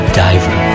diver